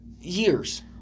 years